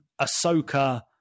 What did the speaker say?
Ahsoka